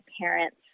parents